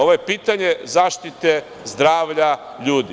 Ovo je pitanje zaštite zdravlja ljudi.